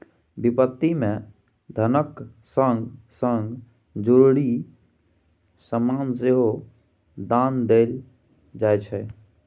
बिपत्ति मे धनक संग संग जरुरी समान सेहो दान देल जाइ छै